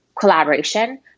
collaboration